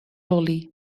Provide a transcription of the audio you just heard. lolly